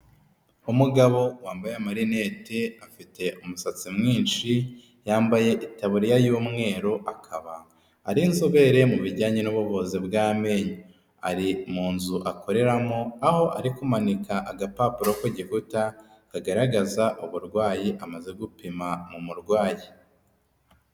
Umugabo wambaye amarinete afite umusatsi mwinshi, yambaye itaburiya y'umweru akaba ari inzobere mu bijyanye n'ubuvuzi bw'amenyo, ari mu nzu akoreramo aho ari kumanika agapapuro ku gikuta kagaragaza uburwayi amaze gupima mu murwayi.